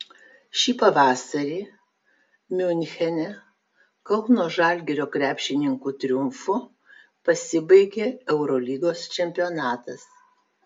šį pavasarį miunchene kauno žalgirio krepšininkų triumfu pasibaigė eurolygos čempionatas